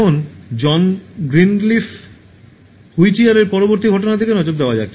এখন John Greenleaf হুইটিয়ারের পরবর্তী ঘটনার দিকে নজর দেওয়া যাক